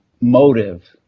motive